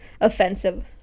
offensive